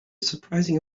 surprising